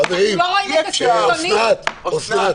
אוסנת.